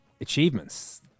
achievements